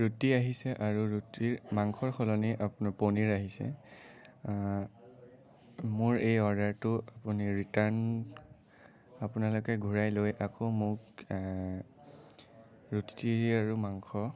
ৰুটি আহিছে আৰু ৰুটিৰ মাংসৰ সলনি আপোনাৰ পনীৰ আহিছে মোৰ এই অৰ্ডাৰটো আপুনি ৰিটাৰ্ণ আপোনালোকে ঘূৰাই লৈ আকৌ মোক ৰুটি আৰু মাংস